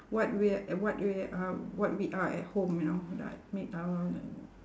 what we are eh what we are uh what we are at home you know like make our